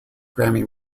grammy